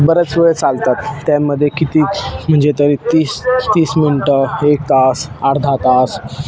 बऱ्याच वेळ चालतात त्यामध्ये किती म्हणजे तरी तीस तीस मिनटं एक तास अर्धा तास